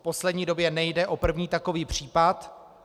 V poslední době nejde o první takový případ.